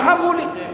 כך אמרו לי.